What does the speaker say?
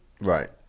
Right